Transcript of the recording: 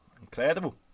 incredible